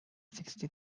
sixty